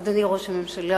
אדוני ראש הממשלה,